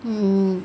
mm